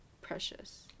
precious